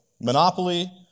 monopoly